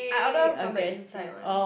I order from the inside [one]